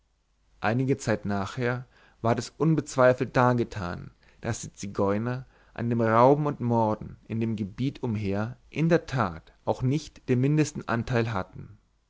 einige zeit nachher ward es unbezweifelt dargetan daß die zigeuner an dem rauben und morden in dem gebiet umher in der tat auch nicht den mindesten anteil hatten